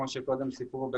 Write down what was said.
כמו שקודם סיפרו,